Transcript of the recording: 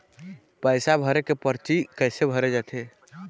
पैसा भेजे के परची कैसे भरे जाथे?